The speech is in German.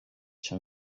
schon